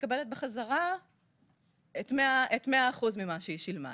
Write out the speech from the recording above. מקבל בחזרה את 100 האחוזים שהיא שילמה,